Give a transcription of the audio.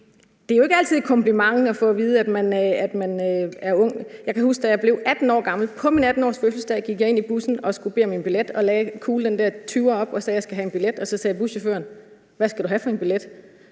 at det jo ikke altid er et kompliment at få at vide, at man er ung. Jeg kan huske, at da jeg blev 18 år gammel, på min 18-årsfødselsdag, gik jeg ind i bussen, skulle bede om en billet, lagde cool den der 20'er op og sagde, at jeg skal have en billet, og så sagde buschaufføren: Hvad skal du have for en billet?